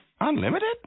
Unlimited